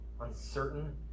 uncertain